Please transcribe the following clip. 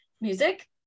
music